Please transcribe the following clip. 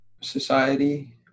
society